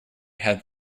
had